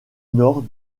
nord